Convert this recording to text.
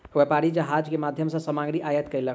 व्यापारी जहाज के माध्यम सॅ सामग्री आयात केलक